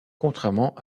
contrairement